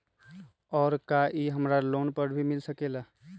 और का इ हमरा लोन पर भी मिल सकेला?